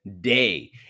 day